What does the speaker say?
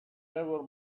never